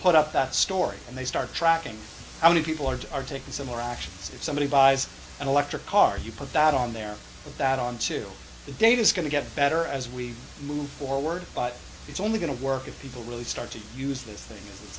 put up that story and they start tracking how many people are are taking similar actions if somebody buys an electric car you put that on there but that onto the data is going to get better as we move forward but it's only going to work if people really start to use this thing